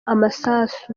amasasu